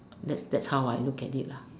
that that's how I look at it lah